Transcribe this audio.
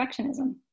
Perfectionism